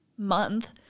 month